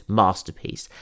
masterpiece